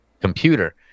computer